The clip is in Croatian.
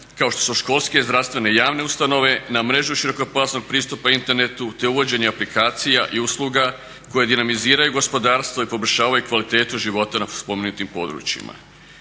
kao što su školske, zdravstvene i javne ustanove na mrežu širokopojasnog pristupa internetu te uvođenje aplikacija i usluga koje dinamiziraju gospodarstvo i poboljšavaju kvalitetu života na spomenutim područjima.